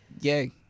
Yay